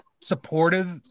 supportive